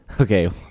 okay